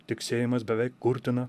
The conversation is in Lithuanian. tiksėjimas beveik kurtina